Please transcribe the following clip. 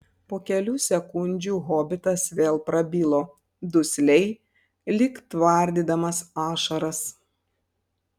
po kelių sekundžių hobitas vėl prabilo dusliai lyg tvardydamas ašaras